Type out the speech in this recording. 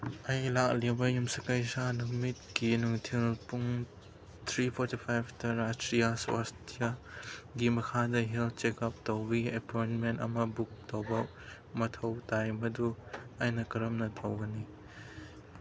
ꯑꯩ ꯂꯥꯛꯂꯤꯕ ꯌꯨꯝꯁꯀꯩꯁ ꯅꯨꯃꯤꯠꯀꯤ ꯅꯨꯡꯊꯤꯜ ꯄꯨꯡ ꯊ꯭ꯔꯤ ꯐꯣꯔꯇꯤ ꯐꯥꯏꯚꯇ ꯔꯥꯁꯇ꯭ꯔꯤꯌꯥ ꯁ꯭ꯋꯥꯁꯇ꯭ꯌꯥꯒꯤ ꯃꯈꯥꯗ ꯍꯦꯜꯠ ꯆꯦꯛꯀꯞ ꯇꯧꯕꯒꯤ ꯑꯦꯄꯣꯏꯟꯃꯦꯟ ꯑꯃ ꯕꯨꯛ ꯇꯧꯕ ꯃꯊꯧ ꯇꯥꯏ ꯃꯗꯨ ꯑꯩꯅ ꯀꯔꯝꯅ ꯇꯧꯒꯅꯤ